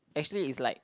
actually is like